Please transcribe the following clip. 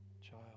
child